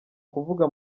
kuvuga